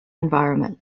environment